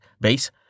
base